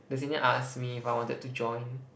the senior ask me if I wanted to join